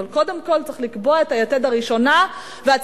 אבל קודם כול צריך לקבוע את היתד הראשונה,